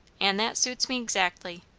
an' that suits me xactly.